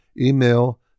email